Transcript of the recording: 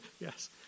Yes